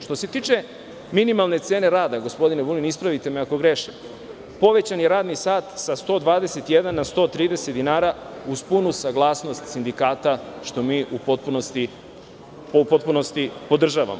Što se tiče minimalne cene rada, gospodine Vulin, ispravite me ako grešim, povećan je radni sat sa 121 na 130 dinara, uz punu saglasnost sindikata, što mi u potpunosti podržavamo.